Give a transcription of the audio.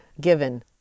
given